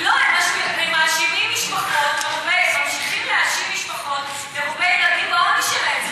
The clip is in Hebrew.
הם ממשיכים להאשים משפחות מרובות ילדים בעוני שלהם.